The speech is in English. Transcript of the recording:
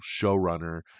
showrunner